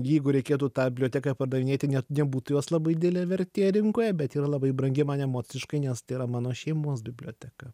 jeigu reikėtų tą biblioteką pardavinėti net nebūtų jos labai didelė vertė rinkoje bet yra labai brangi man emociškai nes tai yra mano šeimos biblioteka